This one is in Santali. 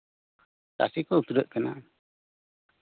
ᱪᱟᱹᱥᱤ ᱠᱚ ᱩᱛᱱᱟᱹᱜ ᱠᱟᱱᱟ